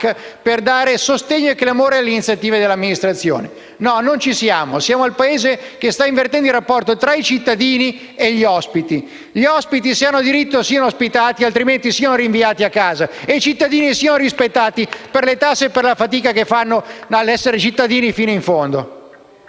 per dare sostegno e clamore alle iniziative dell'amministrazione. Non ci siamo: siamo il Paese che sta invertendo il rapporto tra i cittadini e gli ospiti. Gli ospiti, se hanno diritto, siano ospitati, altrimenti siano rinviati a casa e i cittadini siano rispettati per le tasse e la fatica che fanno ad essere cittadini fino in fondo.